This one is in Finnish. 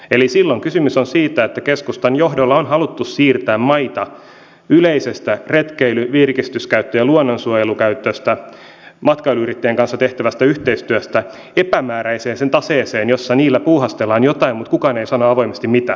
eli silloin kysymys on siitä että keskustan johdolla on haluttu siirtää maita yleisestä retkeily virkistys ja luonnonsuojelukäytöstä matkailuyrittäjien kanssa tehtävästä yhteistyöstä epämääräiseen taseeseen jossa niillä puuhastellaan jotain mutta kukaan ei sano avoimesti mitä